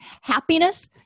happiness